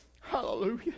Hallelujah